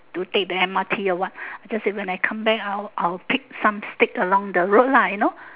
to take the M_R_T or what just say then when I come back out I will pick some stick along the road lah you know